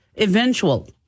eventual